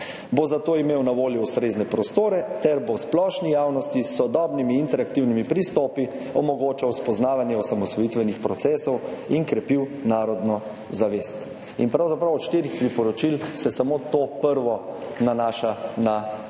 bo za to imel na voljo ustrezne prostore ter bo splošni javnosti s sodobnimi interaktivnimi pristopi omogočal spoznavanje osamosvojitvenih procesov in krepil narodno zavest. Pravzaprav se od štirih priporočil samo to prvo nanaša na muzej